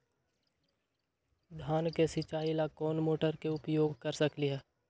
धान के सिचाई ला कोंन मोटर के उपयोग कर सकली ह?